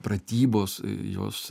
pratybos jos